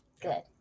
Good